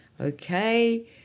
okay